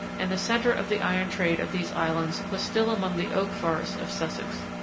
and the centre of the iron trade of these islands was still among the oak forests of sussex.